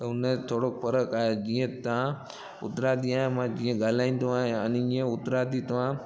त हुनजो थोरो फ़र्क़ु आहे जीअं तव्हां उतरादी आहियां मां जीअं ॻाल्हाईंदो आहियां अन इयं उतरादी तव्हां